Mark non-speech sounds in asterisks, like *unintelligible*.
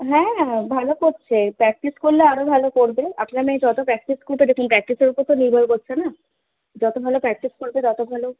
হ্যাঁ হ্যাঁ ভালো করছে প্র্যাকটিস করলে আরও ভালো করবে আপনার মেয়ে যত প্র্যাকটিস *unintelligible* দেখুন প্র্যাকটিসের উপর তো নির্ভর করছে না যত ভালো প্র্যাকটিস করবে তত ভালো